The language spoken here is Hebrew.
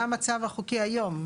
זה המצב החוקי היום.